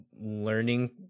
learning